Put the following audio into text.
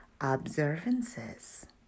observances